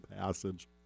passage